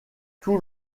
tout